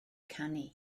canu